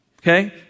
okay